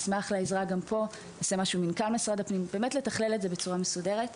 נשמח לעזרה גם פה, כדי לתכלל את זה בצורה מסודרת.